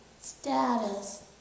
status